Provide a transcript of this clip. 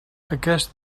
aquest